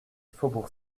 faubourg